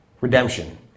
Redemption